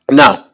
now